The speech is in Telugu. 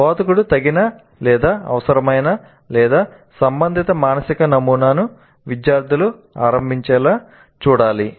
' బోధకుడు తగిన అవసరమైన సంబంధిత మానసిక నమూనాను విద్యార్థులు ఆరంభించేలా చూడాలి